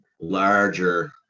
larger